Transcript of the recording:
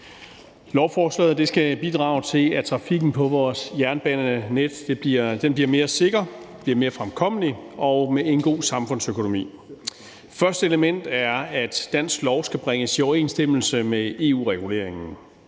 Lovforslaget skal bidrage til, at trafikken på vores jernbanenet bliver mere sikker, bliver mere fremkommelig og har en god samfundsøkonomi. Det første element er, at dansk lov skal bringes i overensstemmelse med EU-reguleringen.